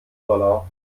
dollar